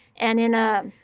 and in a